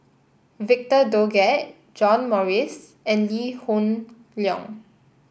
Victor Doggett John Morrice and Lee Hoon Leong